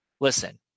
Listen